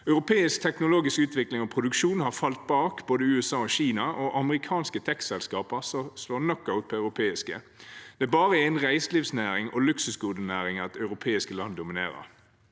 Europeisk teknologisk utvikling og produksjon har falt bak både USA og Kina. Amerikanske tek-selskaper slår knockout på europeiske. Det er bare innen reiselivsnæring og luksusgodenæring europeiske land dominerer.